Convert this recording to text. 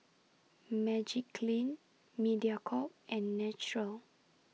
Magiclean Mediacorp and Naturel